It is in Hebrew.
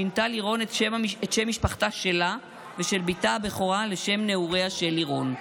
שינתה לירון את שם משפחתה שלה ושל בתה הבכורה לשם נעוריה של לירון,